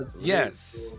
Yes